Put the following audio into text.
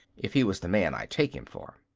if he was the man i take him for.